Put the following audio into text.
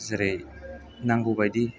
जेरै नांगौ बायदि